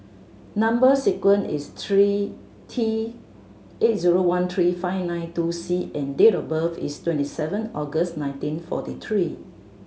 number sequence is three T eight zero one three five nine two C and date of birth is twenty seven August nineteen forty three